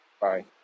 Bye